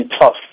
tough